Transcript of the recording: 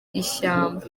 ishyamba